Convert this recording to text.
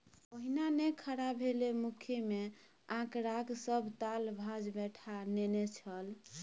ओहिना नै खड़ा भेलै मुखिय मे आंकड़ाक सभ ताल भांज बैठा नेने छल